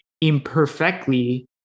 imperfectly